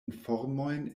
informojn